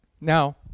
Now